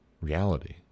reality